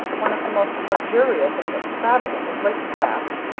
one of the most luxurious and extravagant of lake craft.